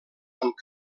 amb